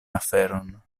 aferon